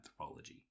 anthropology